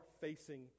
facing